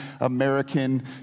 American